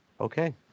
Okay